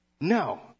No